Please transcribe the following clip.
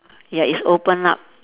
ya it's open up